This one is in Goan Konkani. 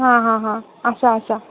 हां हां हां आसा आसा